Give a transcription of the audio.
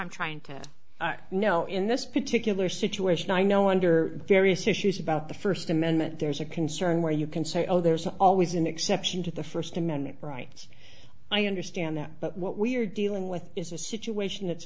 i'm trying to know in this particular situation i know under various issues about the first amendment there's a concern where you can say oh there's always an exception to the first amendment right i understand that but what we're dealing with is a situation that's